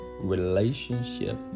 relationship